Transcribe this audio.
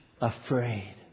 afraid